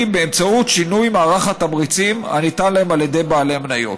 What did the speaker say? באמצעות שינוי מערך התמריצים הניתן להם על ידי בעלי המניות.